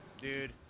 Dude